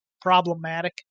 Problematic